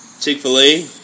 Chick-fil-A